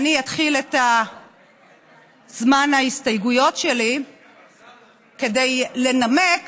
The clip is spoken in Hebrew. אני אתחיל את זמן ההסתייגויות שלי כדי לנמק